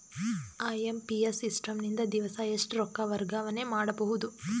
IMPS system ನಿಂದ ದಿವಸಾ ಎಷ್ಟ ರೊಕ್ಕ ವರ್ಗಾವಣೆ ಮಾಡಬಹುದು?